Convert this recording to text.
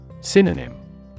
Synonym